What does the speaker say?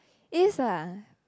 As ah